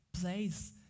place